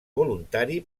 voluntari